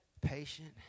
Patient